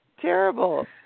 Terrible